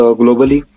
globally